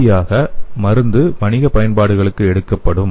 இறுதியாக மருந்து வணிக பயன்பாடுகளுக்கு எடுக்கப்படும்